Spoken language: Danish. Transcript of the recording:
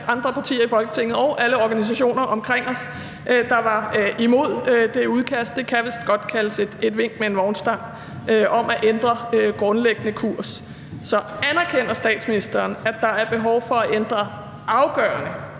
andre partier i Folketinget og alle organisationer omkring os, der var imod det udkast. Det kan vist godt kaldes et vink med en vognstang om at ændre grundlæggende kurs. Så anerkender statsministeren, at der er behov for at ændre afgørende